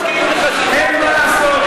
אין מה לעשות.